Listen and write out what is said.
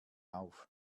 auf